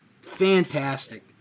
Fantastic